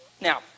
Now